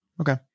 Okay